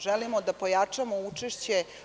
Želimo da pojačamo učešće.